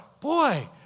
boy